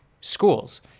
schools